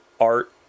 art